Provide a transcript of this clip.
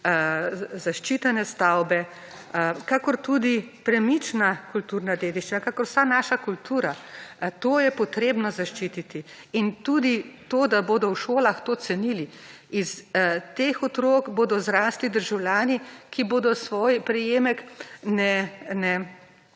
zaščitene stavbe, kakor tudi premična kulturna dediščina kakor vsa naša kultura. To je potrebno zaščititi. Tudi to, da bodo v šolah to cenili. Iz teh otrok bodo zrasli državljani, ki bodo svoj prejemek ne